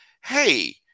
Hey